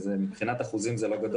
מבחינת אחוזים זה לא הרבה,